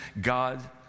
God